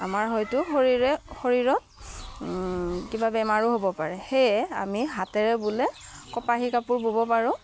আমাৰ হয়তো শৰীৰৰে শৰীৰত কিবা বেমাৰো হ'ব পাৰে সেয়ে আমি হাতেৰে ব'লে কপাহী কাপোৰ ব'ব পাৰোঁ